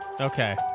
Okay